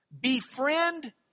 Befriend